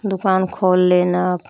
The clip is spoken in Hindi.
दुकान खोल लेना